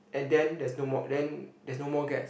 and then there's no more then there's no more gas